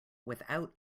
without